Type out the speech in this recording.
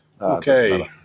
Okay